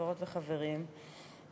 חברות וחברים,